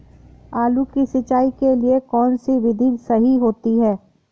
आलू की सिंचाई के लिए कौन सी विधि सही होती है?